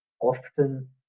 Often